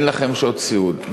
אין לכם שעות סיעוד,